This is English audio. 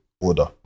order